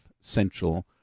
Central